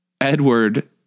Edward